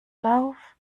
lauf